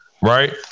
right